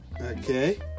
okay